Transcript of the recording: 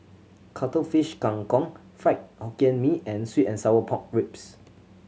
Cuttlefish Kang Kong Fried Hokkien Mee and sweet and sour pork ribs